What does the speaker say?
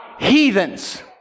heathens